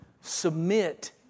submit